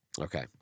Okay